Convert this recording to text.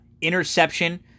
Interception